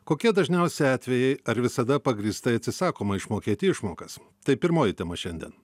kokie dažniausi atvejai ar visada pagrįstai atsisakoma išmokėti išmokas tai pirmoji tema šiandien